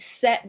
set